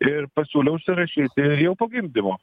ir pasiūlė užsirašyti jau po gimdymo